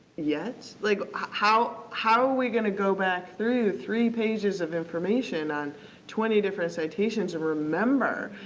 yet? like how how are we going to go back through three pages of information on twenty different citations and remember?